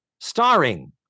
starring